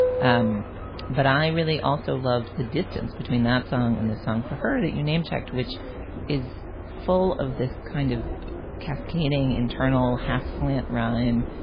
and but i really also loved the distance between that song and the song for her that you name checked, which is full of this kind of cascading internal half slant rhyme.